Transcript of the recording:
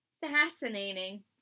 Fascinating